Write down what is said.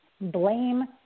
blame